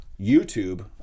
YouTube